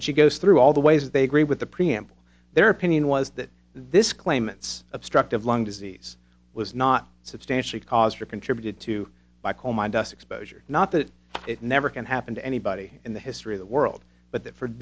and she goes through all the ways they agree with the preamble their opinion was that this claimants obstructive lung disease was not substantially caused or contributed to by coal mine dust exposure not that it never can happen to anybody in the history of the world but